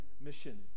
mission